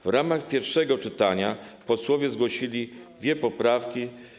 W ramach pierwszego czytania posłowie zgłosili dwie poprawki.